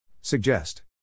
Suggest